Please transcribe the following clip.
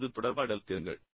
நமது தொடர்பாடல் திறன்கள்